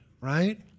right